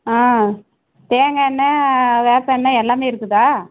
ஆ தேங்காய் எண்ணெய் வேப்பம் எண்ணெய் எல்லாம் இருக்குதா